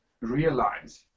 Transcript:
realize